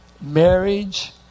marriage